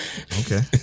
Okay